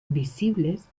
visibles